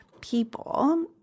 people